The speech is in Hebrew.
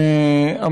תודה לך,